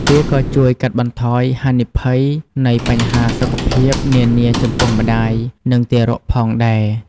វាក៏ជួយកាត់បន្ថយហានិភ័យនៃបញ្ហាសុខភាពនានាចំពោះម្តាយ និងទារកផងដែរ។